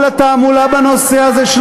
כל התעמולה בנושא הזה,